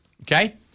Okay